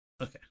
Okay